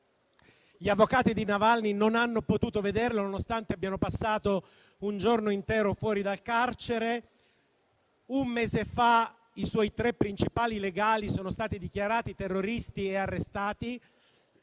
Gli avvocati di Navalny non hanno potuto vederlo, nonostante abbiano passato un giorno intero fuori dal carcere. Un mese fa i suoi tre principali legali sono stati dichiarati terroristi e arrestati,